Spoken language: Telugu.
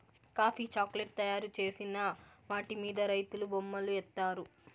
కాఫీ చాక్లేట్ తయారు చేసిన వాటి మీద రైతులు బొమ్మలు ఏత్తారు